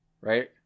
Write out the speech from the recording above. right